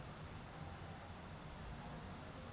যে দিলে সব চাষী গুলা বাজারে ফসল বিক্রি ক্যরতে যায়